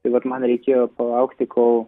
tai vat man reikėjo palaukti kol